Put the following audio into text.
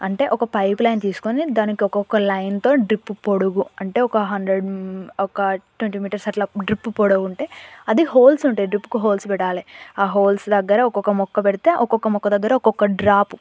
అంటే ఒక pipeline తీసుకొని దానికి ఒక్కొక్క లైన్తో డ్రిప్పు పొడుగు అంటే ఒక హండ్రెడ్ ఒక ట్వంటీ మీటర్స్ అట్లా డ్రిప్పు పొడవుంటే అది హోల్స్ ఉంటాయి డ్రిప్పుకి హోల్స్ పెట్టాలి ఆ హొల్స్ దగ్గర ఒక్కొక్క మొక్క పెడితే ఒక్కొక్క మొక్క దగ్గర ఒక్కొక్క డ్రాపు